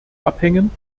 abhängen